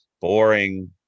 boring